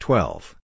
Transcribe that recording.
Twelve